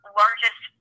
largest